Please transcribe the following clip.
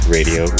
Radio